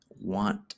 want